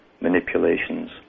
manipulations